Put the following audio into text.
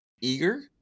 eager